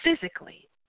Physically